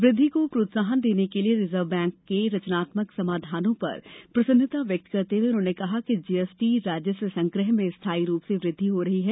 वृद्धि को प्रोत्साहन देने के रिजर्व बैंक के रचनात्मक समाधानों पर प्रसन्नता व्यक्त करते हुए उन्होंने कहा कि जीएसटी राजस्व संग्रह में स्थाई रूप से वृद्धि हो रही है